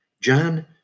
John